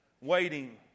waiting